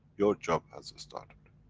your job has started.